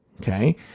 okay